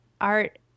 art